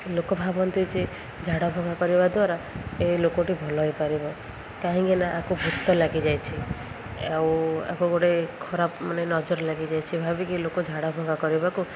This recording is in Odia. ଲୋକ ଭାବନ୍ତି ଯେ ଝାଡ଼ା ଫୁଙ୍କା କରିବା ଦ୍ୱାରା ଏଇ ଲୋକଟି ଭଲ ହେଇପାରିବ କାହିଁକି ନା ଆକୁ ଭୂତ ଲାଗିଯାଇଛି ଆଉ ଆକୁ ଗୋଟେ ଖରାପ ମାନେ ନଜର ଲାଗିଯାଇଛି ଭାବିକି ଲୋକ ଝାଡ଼ା ଫୁଙ୍କା କରିବାକୁ